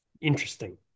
interesting